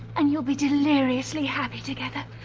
and you'll be deliriously happy together.